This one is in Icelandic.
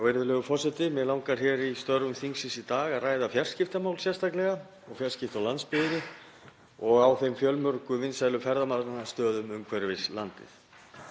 Virðulegur forseti. Mig langar hér í störfum þingsins í dag að ræða fjarskiptamál sérstaklega og fjarskipti á landsbyggðinni og á fjölmörgum vinsælum ferðamannastöðum umhverfis landið.